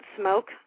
smoke